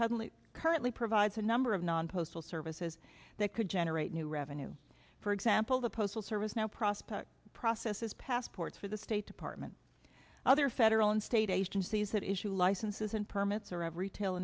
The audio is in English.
cousinly currently provides a number of non postal services that could generate new revenue for example the postal service now prospect processes passports for the state department other federal and state agencies that issue licenses and permits